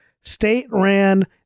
state-ran